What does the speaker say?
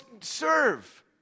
serve